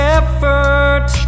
effort